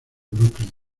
brooklyn